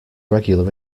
regular